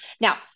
Now